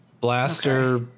blaster